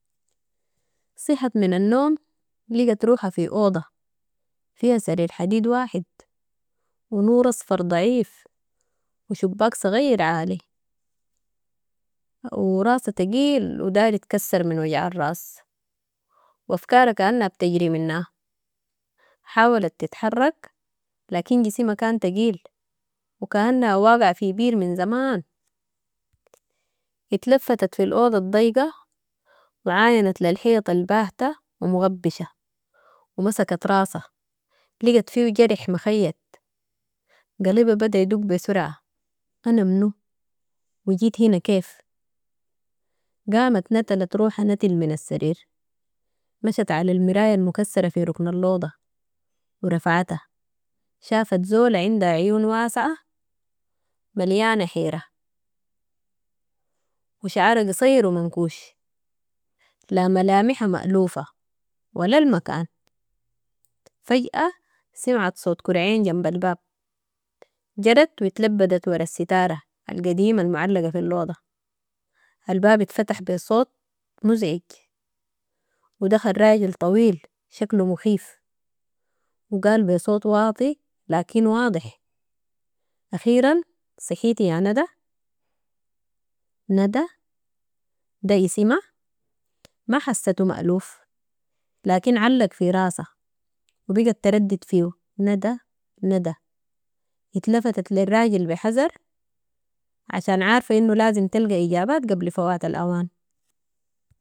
صحت من النوم لقت روحها في اوضة فيها سرير حديد واحد، و نور اصفر ضعيف وشباك صغير عالي و راسها تقيل وداير يتكسر من وجع الراس، وافكارا كأنها بتجري منها. حاولت تتحرك لكن جسيمها كان تقيل وكأنها واقعه في بير من زمان. اتلفتت في الاوضة الضيقة وعاينت للحيط الباهتة ومغبشة ومسكت راسها لقت فيهو جرح مخيت، قلبها بدا يدق بسرعة أنا منو، وجيت هنا كيف، قامت نتلت روحه نتل من السرير. مشت على المراية المكسرة في ركن اللوضة ورفعتها، شافت زوله عندها عيون واسعة مليانة حيرة وشعرا قصير ومنكوش، لا ملامح مألوفة ولا المكان. فجأة سمعت صوت كرعين جنب الباب، جرت واتلبدت وراء الستارة القديمة المعلقة في الاوضة، الباب اتفتح بصوت مزعج ودخل راجل طويل شكله مخيف وقال بصوت واطي لكن واضح أخيرا صحيتي يا ندى، ندى ده اسمها ما حستو مألوف. لكن علق في راسها وبقت تردد فيهو ندى ندى اتلفتت للراجل بحذر عشان عارفة إنو لازم تلقى إجابات قبل فوات الأوان